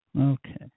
Okay